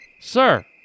Sir